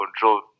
control